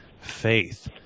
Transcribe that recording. faith